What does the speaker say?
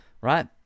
right